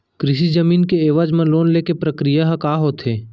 कृषि जमीन के एवज म लोन ले के प्रक्रिया ह का होथे?